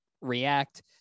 react